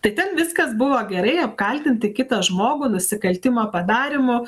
tai ten viskas buvo gerai apkaltinti kitą žmogų nusikaltimo padarymu